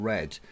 Red